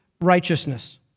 righteousness